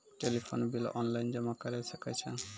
Telephone bill online जमा करै सकै छौ?